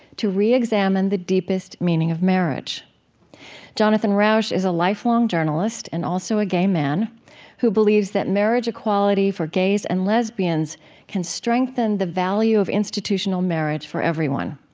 to reexamine the deepest meaning of marriage jonathan rauch is a lifelong journalist and also a gay man who believes that marriage equality for gays and lesbians can strengthen the value of institutional marriage for everyone.